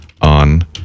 on